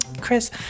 Chris